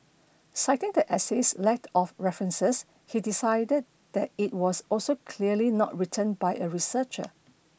citing the essay's lack of references he decided that it was also clearly not written by a researcher